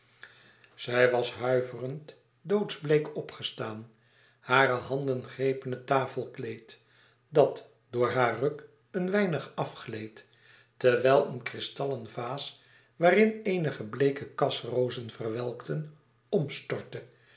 zij was huiverend doodsbleek opgestaan hare handen grepen het tafelkleed dat door haar ruk een weinig afgleed terwijl een kristallen vaas waarin eenige bleeke kasrozen verwelkten